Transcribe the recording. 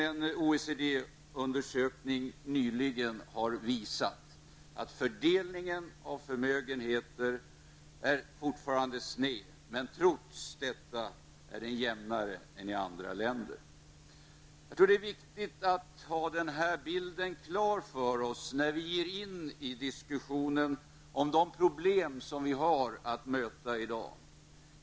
En OECD undersökning har nyligen visat att fördelningen av förmögenheter fortfarande är sned, men trots det är den jämnare än i andra länder. Det är viktigt att vi har denna bild klar för oss när vi ger oss in i diskussionen om de problem som vi har att möta i dag.